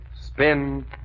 spin